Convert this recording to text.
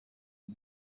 iki